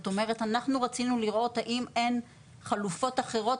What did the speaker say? אנחנו רצינו לראות האם אין חלופות אחרות